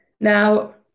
Now